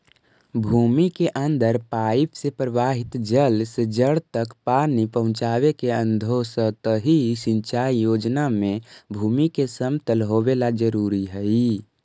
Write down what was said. भूमि के अंदर पाइप से प्रवाहित जल से जड़ तक पानी पहुँचावे के अधोसतही सिंचाई योजना में भूमि के समतल होवेला जरूरी हइ